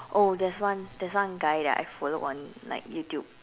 oh there's one there's one guy that I followed on like youtube